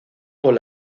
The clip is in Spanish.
con